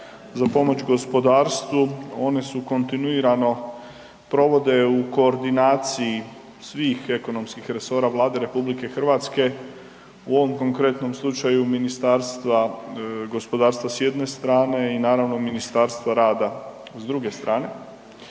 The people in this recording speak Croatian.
za pomoć gospodarstvu one se kontinuirano provode u koordinaciji svih ekonomskih resora Vlade RH, u ovom konkretnom slučaju Ministarstva gospodarstva s jedne strane i naravno Ministarstva rada s druge strane.